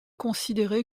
considéré